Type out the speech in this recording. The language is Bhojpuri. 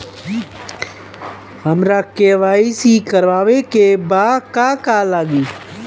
हमरा के.वाइ.सी करबाबे के बा का का लागि?